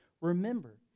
remember